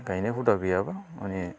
गायनाय हुदा गैयाब्ला माने